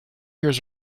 hears